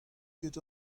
ket